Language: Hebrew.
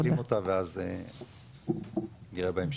נשלים אותה ואז נראה בהמשך.